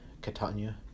Catania